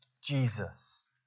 Jesus